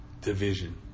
division